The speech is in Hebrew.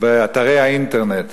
באתרי האינטרנט